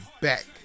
back